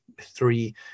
three